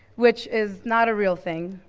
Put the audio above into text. which is not a real thing,